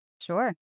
Sure